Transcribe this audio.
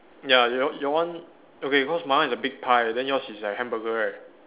ya your your one okay cause my one is a big pie then yours is the hamburger right